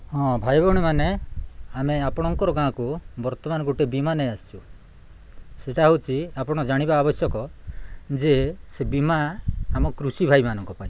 ହଁ ଭାଇ ଭଉଣୀମାନେ ଆମେ ଆପଣଙ୍କର ଗାଁକୁ ବର୍ତ୍ତମାନ ଗୋଟେ ବୀମା ନେଇ ଆସିଛୁ ସେଇଟା ହେଉଛି ଆପଣ ଜାଣିବା ଆବଶ୍ୟକ ଯେ ସେ ବୀମା ଆମ କୃଷିଭାଇମାନଙ୍କ ପାଇଁ